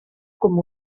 com